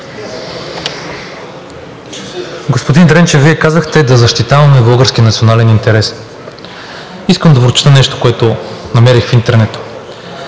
Господин Дренчев, Вие казахте „да защитаваме българския национален интерес“. Искам да прочета нещо, което намерих в интернет: